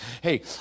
Hey